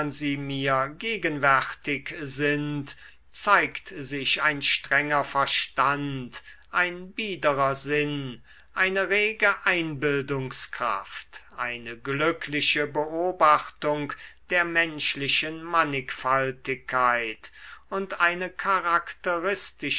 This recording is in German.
mir gegenwärtig sind zeigt sich ein strenger verstand ein biederer sinn eine rege einbildungskraft eine glückliche beobachtung der menschlichen mannigfaltigkeit und eine charakteristische